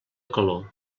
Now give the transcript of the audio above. calor